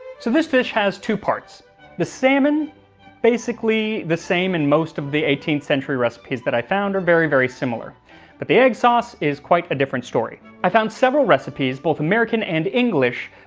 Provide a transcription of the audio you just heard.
so this dish has two parts the salmon basically the same in most of the eighteenth century recipes that i found are very, very similar but the egg sauce is quite a different story. i found several recipes both american and english,